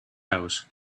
house